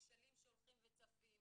הכשלים שהולכים וצפים,